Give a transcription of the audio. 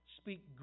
speak